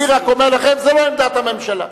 אני רק אומר לכם: זו לא עמדת הממשלה.